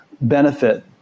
benefit